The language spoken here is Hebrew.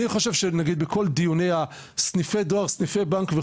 אני חושב שבכל הדיונים על סניפי הדואר וסניפי הבנק,